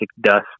dust